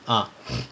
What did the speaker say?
ah